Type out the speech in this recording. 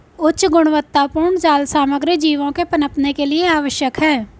उच्च गुणवत्तापूर्ण जाल सामग्री जीवों के पनपने के लिए आवश्यक है